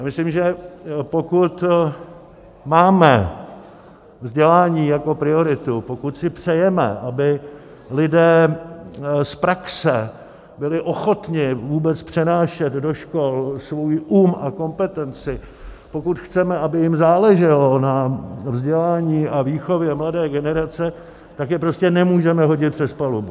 Myslím, že pokud máme vzdělání jako prioritu, pokud si přejeme, aby lidé z praxe byli ochotni vůbec přenášet do škol svůj um a kompetenci, pokud chceme, aby jim záleželo na vzdělání a výchově mladé generace, tak je prostě nemůžeme hodit přes palubu.